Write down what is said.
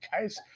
guys